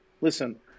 Listen